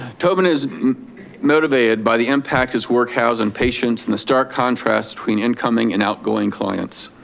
tobin is motivated by the impact his work has on patients and the stark contrast between incoming and outgoing clients.